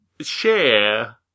share